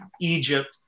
Egypt